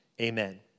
Amen